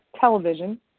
television